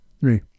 Three